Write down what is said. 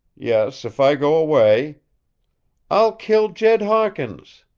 yes, if i go away i'll kill jed hawkins!